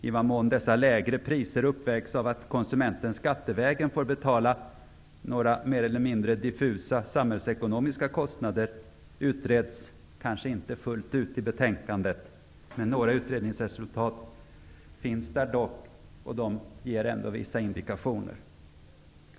I vad mån dessa lägre priser uppvägs av att konsumenten skattevägen får betala några mer eller mindre diffusa samhällsekonomiska kostnader utreds kanske inte fullt ut i betänkandet. Det finns dock utredningsresultat som ger vissa indikationer.